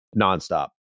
nonstop